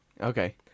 Okay